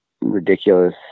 ridiculous